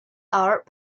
are